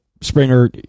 Springer